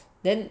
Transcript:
then